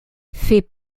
fait